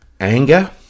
Anger